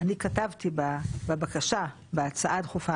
אני כתבתי בבקשה, בהצעה הדחופה,